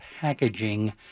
packaging